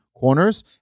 Corners